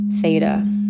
Theta